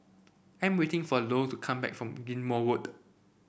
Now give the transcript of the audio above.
I am waiting for Lou to come back from Ghim Moh Road